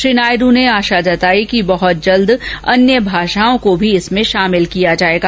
श्री नायडु ने आशा व्यक्त की कि बहुत जल्द अन्य भाषाओं को भी इसमें शामिल किया जाएगा